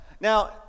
Now